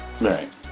Right